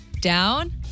down